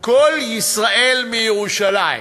הוא "קול ישראל מירושלים"